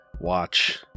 watch